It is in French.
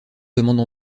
demande